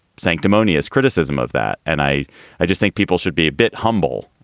sanctimonious criticism of that. and i i just think people should be a bit humble,